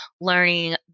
learning